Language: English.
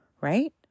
right